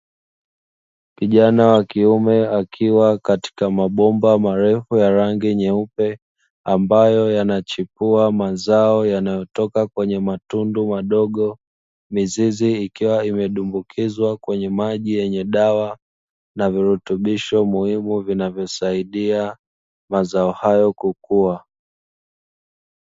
Kijana wa kiume akiwa katika mabomba marefu ya rangi nyeupe ambayo yanachipua mazao yanayotoka kwenye matundu madogo mizizi, ikiwa imedumbukizwa kwenye maji yenye dawa na virutubisho muhimu vinavyosaidia mazao hayo kukua.